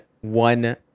one